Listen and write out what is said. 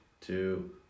two